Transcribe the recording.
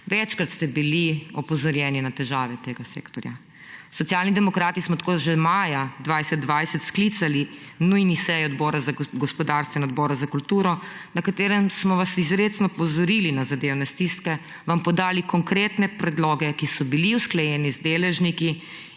Večkrat ste bili opozorjeni na težave tega sektorja. Socialni demokrati smo tako že maja 2020 sklicali nujni seji Odbora za gospodarstvo in Odbora za kulturo, na katerih smo vas izredno opozorili na zadevne stiske, vam podali konkretne predloge, ki so bili usklajeni z deležniki